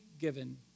given